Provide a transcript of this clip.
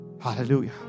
Hallelujah